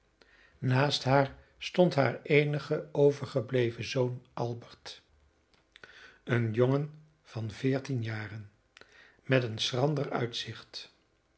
naast haar stond haar eenige overgebleven zoon albert een jongen van veertien jaren met een schrander uitzicht